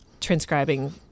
transcribing